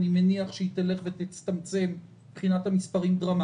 היא תלך ותצטמצם דרמטית מבחינת המספרים.